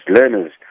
learners